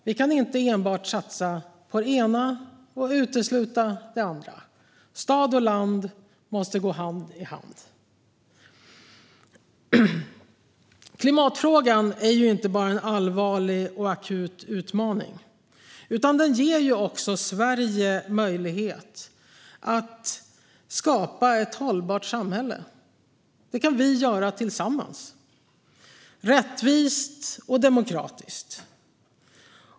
Vi kan inte enbart satsa på det ena och utesluta det andra. Stad och land måste gå hand i hand. Klimatfrågan är inte bara en allvarlig och akut utmaning. Den ger också Sverige möjlighet att skapa ett hållbart samhälle. Det kan vi göra tillsammans - rättvist och demokratiskt.